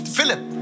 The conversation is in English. Philip